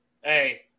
Hey